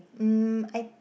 mm I